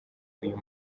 uyu